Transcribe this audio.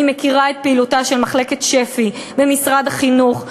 אני מכירה את פעילותה של מחלקת שפ"י במשרד החינוך,